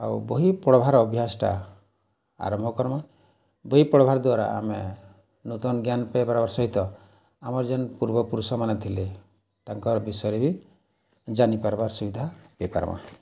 ଆଉ ବହି ପଢ଼୍ବାର ଅଭ୍ୟାସ୍ଟା ଆରମ୍ଭ କର୍ମା ବହି ପଢ଼ବାର୍ ଦ୍ୱାରା ଆମେ ନୂତନ୍ ଜ୍ଞାନ୍ ପାଇ ପାର୍ବାର୍ ସହିତ ଆମର୍ ଯେନ୍ ପୂର୍ବ ପୁରୁଷ୍ମାନେ ଥିଲେ ତାଙ୍କର୍ ବିଷୟରେ ବି ଜାନିପାର୍ବାର୍ ସୁବିଧା ପାଇପାର୍ମା